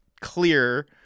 clear